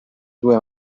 due